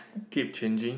keep changing